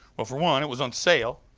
well, for one, it was on sale.